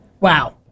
wow